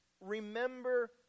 remember